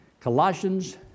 Colossians